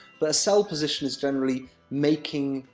but, a sell position is generally making